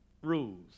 rules